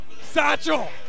Satchel